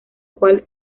cual